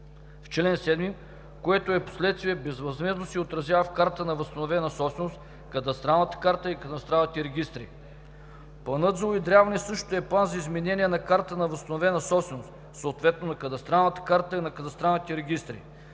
чл. 7, което впоследствие безвъзмездно се отразява в картата на възстановената собственост, кадастралната карта и кадастралните регистри. Планът за уедряване всъщност е план за изменение на картата на възстановена собственост, съответно на кадастралната карта и на кадастралните регистри.